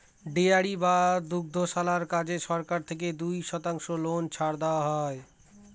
dairy বা দুগ্ধশালার কাজে সরকার থেকে দুই শতাংশ লোন ছাড় দেওয়া হয়